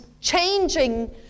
changing